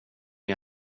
att